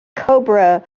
cobra